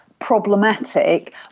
Problematic